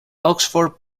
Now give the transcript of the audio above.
oxford